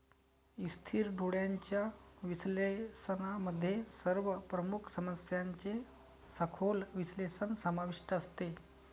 स्थिर डोळ्यांच्या विश्लेषणामध्ये सर्व प्रमुख समस्यांचे सखोल विश्लेषण समाविष्ट असते